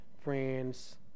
friends